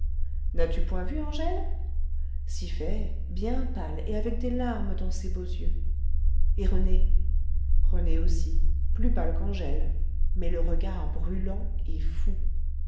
n'as-tu point vu angèle si fait bien pâle et avec des larmes dans ses beaux yeux et rené rené aussi plus pâle qu'angèle mais le regard brûlant et fou